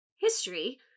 History